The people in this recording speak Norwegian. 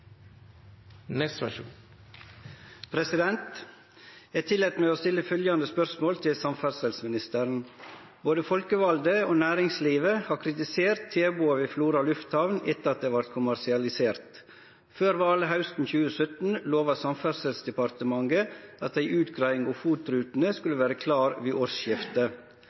folkevalde og næringslivet har kritisert tilbodet ved Florø lufthamn etter at lufthamna vart kommersialisert. Før valet hausten 2017 lova Samferdselsdepartementet at ei utgreiing om FOT-rutene skulle vere klar ved årsskiftet.